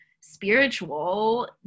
spiritual